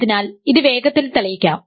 അതിനാൽ ഇത് വേഗത്തിൽ തെളിയിക്കാം